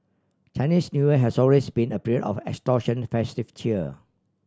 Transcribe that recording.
Chinese New Year has always been a period of extortion festive cheer